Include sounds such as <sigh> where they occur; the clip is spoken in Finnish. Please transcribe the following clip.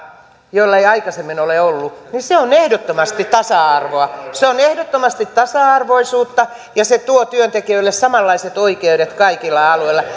jolla ei sitä aikaisemmin ole ollut niin se on ehdottomasti tasa arvoa se on ehdottomasti tasa arvoisuutta ja se tuo työntekijöille samanlaiset oikeudet kaikilla aloilla <unintelligible>